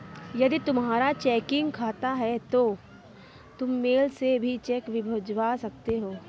यदि तुम्हारा चेकिंग खाता है तो तुम मेल से भी चेक भिजवा सकते हो